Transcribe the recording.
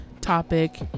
topic